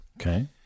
Okay